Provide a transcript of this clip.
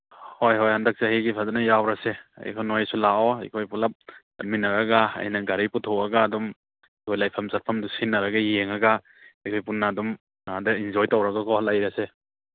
ꯍꯣꯏ ꯍꯣꯏ ꯍꯟꯗꯛ ꯆꯍꯤꯒꯤ ꯐꯖꯅ ꯌꯥꯎꯔꯁꯦ ꯅꯣꯏꯁꯨ ꯂꯥꯛꯑꯣ ꯑꯩꯈꯣꯏ ꯄꯨꯂꯞ ꯆꯠꯃꯤꯟꯅꯔꯒ ꯑꯩꯅ ꯒꯥꯔꯤ ꯄꯨꯊꯣꯛꯑꯒ ꯑꯗꯨꯝ ꯑꯗꯨ ꯂꯩꯐꯝ ꯆꯥꯐꯝꯗꯨ ꯁꯤꯟꯅꯔꯒ ꯌꯦꯡꯉꯒ ꯑꯩꯈꯣꯏ ꯄꯨꯟꯅ ꯑꯗꯨꯝ ꯑꯥꯗ ꯑꯦꯟꯖꯣꯏ ꯇꯧꯔꯒꯀꯣ ꯂꯩꯔꯁꯦ